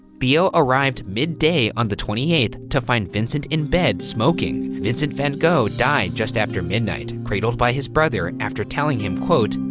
theo arrived midday on the twenty eighth to find vincent in bed, smoking. vincent van gogh died just after midnight, cradled by his brother after telling him, quote,